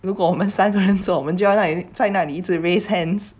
如果我们三个人做我们就要在那里一直 raise hands